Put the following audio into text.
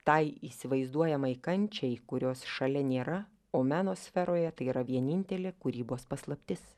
tai įsivaizduojamai kančiai kurios šalia nėra o meno sferoje tai yra vienintelė kūrybos paslaptis